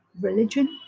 religion